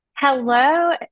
Hello